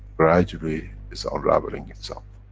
gradually is unraveling itself.